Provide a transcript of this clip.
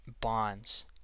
bonds